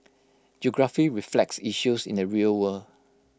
geography reflects issues in the real world